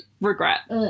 regret